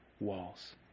walls